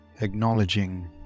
acknowledging